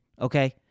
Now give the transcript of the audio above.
okay